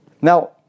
Now